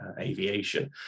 aviation